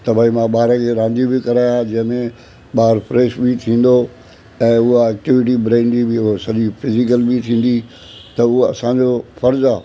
त भाई मां ॿारनि खे रांदियूं बि करायां जंहिं में ॿारु फ्रेश बि थींदो ऐं उहा एक्टिविटी ब्रेन जी बि हूअं सॼी फिजिकल बि थींदी त उहो असांजो फ़र्ज़ु आहे